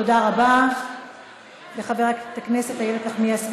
תודה רבה לחברת הכנסת איילת נחמיאס ורבין.